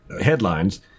headlines